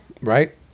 right